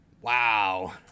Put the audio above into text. Wow